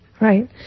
Right